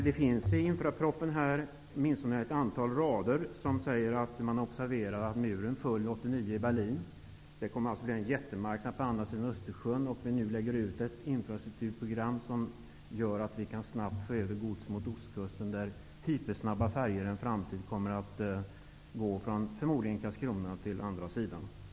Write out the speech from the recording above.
Det finns i infrastrukturpropositionen ett antal rader om att man observerat att muren i Berlin föll 1989. Det kommer att bli en jättemarknad på andra sidan av Östersjön. Och nu lägger vi fast ett infrastrukturprogram som gör att vi snabbt kan få över gods till Ostkusten, där hypersnabba färjor i en framtid förmodligen kommer att gå från Karlskrona över till andra sidan av Östersjön.